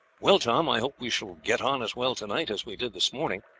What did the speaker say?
well, tom, i hope we shall get on as well to-night as we did this morning,